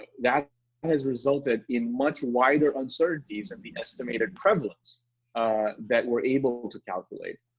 that has resulted in much wider uncertainties and the estimated prevalence that we're able to calculate.